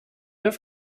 have